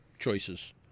choices